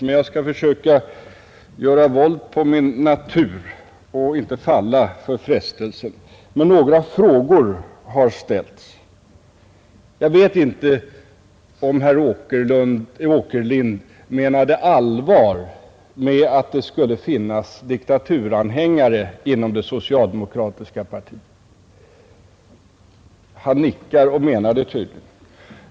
Men jag skall försöka göra våld på min natur och inte falla för frestelsen. Några frågor har dock ställts. Jag vet inte om herr Åkerlind menade allvar med sitt påstående att det skulle finnas diktaturanhängare inom det socialdemokratiska partiet. Han nickar och menar det tydligen.